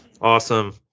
Awesome